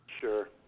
Sure